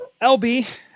LB